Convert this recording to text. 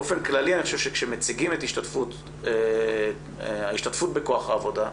באופן כללי אני חושב שכאשר מציגים את ההשתתפות בכוח העבודה,